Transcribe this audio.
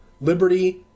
liberty